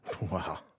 Wow